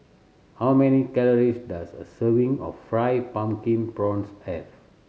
how many calories does a serving of Fried Pumpkin Prawns have